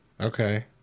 Okay